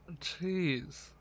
Jeez